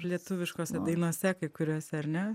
lietuviškose dainose kai kuriose ar ne